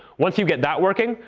once you get that working,